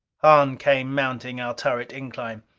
hahn came mounting our turret incline.